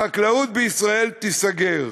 החקלאות בישראל תיסגר,